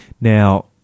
Now